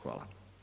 Hvala.